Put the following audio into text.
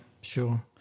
sure